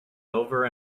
over